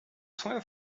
souhait